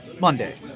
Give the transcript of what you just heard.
Monday